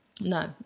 No